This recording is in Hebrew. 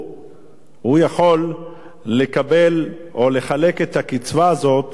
הוא יכול לקבל או לחלק את הקצבה הזאת